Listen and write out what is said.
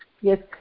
Yes